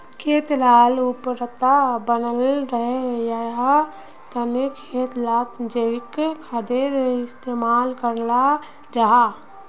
खेत लार उर्वरता बनाल रहे, याहार तने खेत लात जैविक खादेर इस्तेमाल कराल जाहा